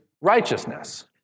righteousness